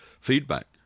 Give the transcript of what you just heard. feedback